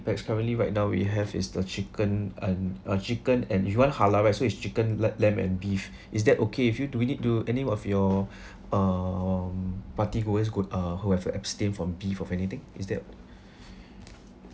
pax currently right now we have is the chicken and uh chicken and you want halal right so it's chicken lamb lamb and beef is that okay with you do we need do any of your um partygoers could uh who have uh abstain from beef of anything is there